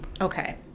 Okay